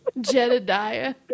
Jedediah